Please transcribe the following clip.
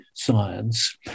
science